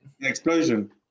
Explosion